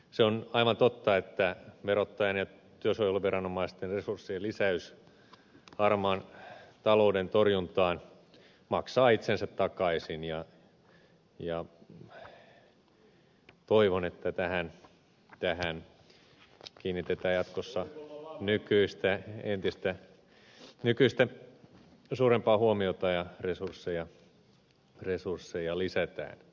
se on aivan totta että verottajan ja työsuojeluviranomaisten resurssien lisäys harmaan talouden torjuntaan maksaa itsensä takaisin ja toivon että tähän kiinnitetään jatkossa nykyistä suurempaa huomiota ja resursseja lisätään